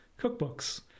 cookbooks